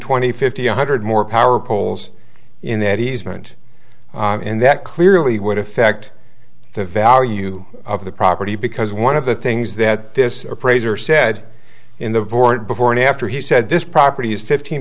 twenty fifty one hundred more power poles in that he's meant in that clearly would affect the value of the property because one of the things that this appraiser said in the board before and after he said this property is fifteen